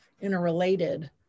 interrelated